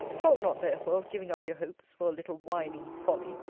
talk not, therefore, of giving up your hopes, for a little whining folly.